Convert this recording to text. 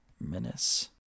menace